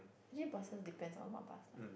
actually buses depends on what bus lah